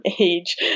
age